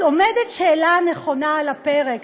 אז עומדת שאלה נכונה על הפרק,